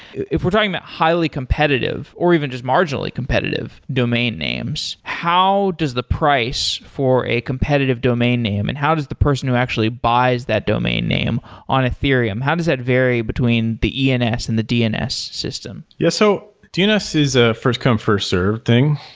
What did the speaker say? if we're talking about highly competitive or even just marginally competitive domain names, how does the price for a competitive domain name and how does the person who actually buys that domain name on ethereum, how does that vary between the ens and the dns system? yeah. so dns is a first-come first-served thing.